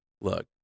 Look